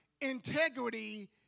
integrity